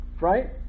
right